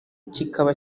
kikaba